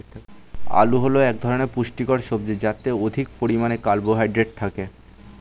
আলু হল এক ধরনের পুষ্টিকর সবজি যাতে অধিক পরিমাণে কার্বোহাইড্রেট থাকে